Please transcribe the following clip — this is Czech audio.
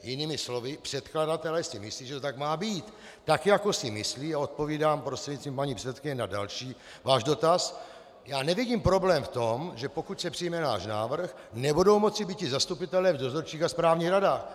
Jinými slovy, předkladatelé si myslí, že to tak má být, tak jako si myslí, a odpovídám prostřednictvím paní předsedkyně na další váš dotaz, já nevidím problém v tom, že pokud se přijme náš návrh, nebudou moci býti zastupitelé v dozorčích a správních radách.